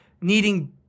needing